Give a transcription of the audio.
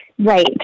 Right